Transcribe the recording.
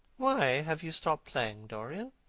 why have you stopped playing, dorian?